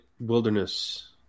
Wilderness